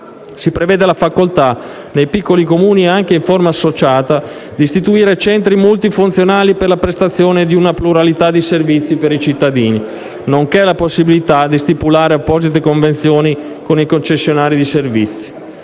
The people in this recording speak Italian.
Si prevede la facoltà nei piccoli Comuni, anche in forma associata, di istituire centri multifunzionali per la prestazione di una pluralità di servizi per i cittadini nonché la possibilità anche di stipulare apposite convenzioni con i concessionari di servizi.